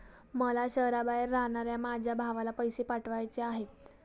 मला शहराबाहेर राहणाऱ्या माझ्या भावाला पैसे पाठवायचे आहेत